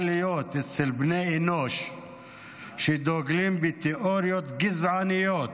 להיות אצל בני אנוש שדוגלים בתיאוריות גזעניות